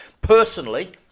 Personally